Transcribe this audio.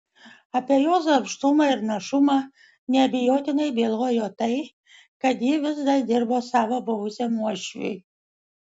apie jos darbštumą ir našumą neabejotinai bylojo tai kad ji vis dar dirbo savo buvusiam uošviui